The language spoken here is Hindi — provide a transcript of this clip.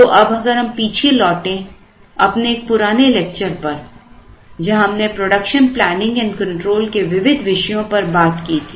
तो अब अगर हम पीछे लौटे अपने एक पुराने लेक्चर पर जहां हमने production planning and control Production Planning Control के विविध विषयों पर बात की थी